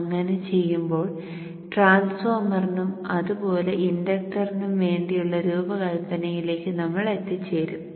അങ്ങനെ ചെയ്യുമ്പോൾ ട്രാൻസ്ഫോർമറിനും അതുപോലെ ഇൻഡക്റ്ററിനും വേണ്ടിയുള്ള രൂപകൽപ്പനയിലേക്ക് നമ്മൾ എത്തിച്ചേരും